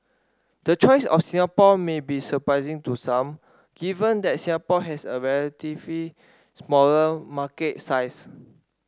the choice of Singapore may be surprising to some given that Singapore has a relatively smaller market size